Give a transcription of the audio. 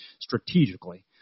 strategically